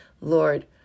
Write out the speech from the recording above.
Lord